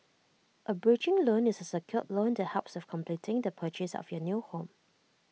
A bridging loan is A secured loan that helps with completing the purchase of your new home